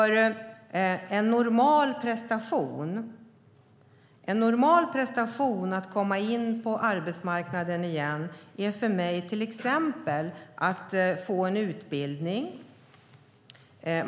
En normal prestation att komma in på arbetsmarknaden igen är till exempel att få en utbildning.